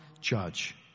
judge